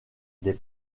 des